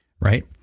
right